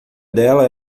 dela